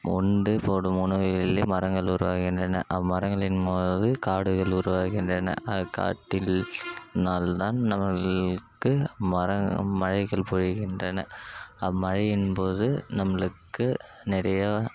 உண்டு போடும் உணவுகள்லேயே மரங்கள் உருவாகின்றன அம்மரங்களின் போது காடுகள் உருவாகின்றன அது காட்டில் நல்லா மரங்கள் மழைகள் பொழிகின்றன அம்மழையின் போது நம்மளுக்கு நிறையா